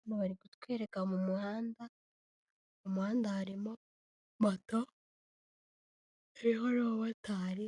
Hano bari kutwereka mu muhanda, muhanda harimo mato, yicayeho n'umumotari.